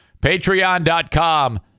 patreon.com